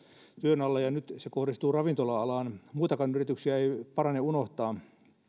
työn alla ja nyt tämä kohdistuu ravintola alaan muitakaan yrityksiä ei parane unohtaa